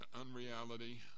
unreality